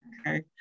okay